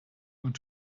want